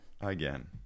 Again